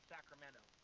Sacramento